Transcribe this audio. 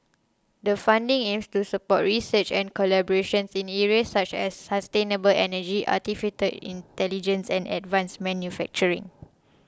the funding aims to support research and collaborations in areas such as sustainable energy Artificial Intelligence and advanced manufacturing